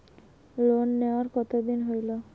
Loan নেওয়ার কতদিন হইল?